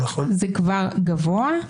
השיעור כבר גבוה,